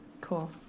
Cool